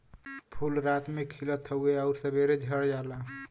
फूल रात में खिलत हउवे आउर सबेरे झड़ जाला